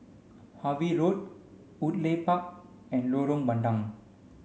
Harvey Road Woodleigh Park and Lorong Bandang